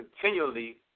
continually